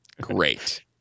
great